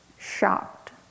shocked